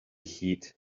heat